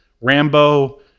Rambo